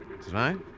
Tonight